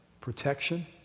protection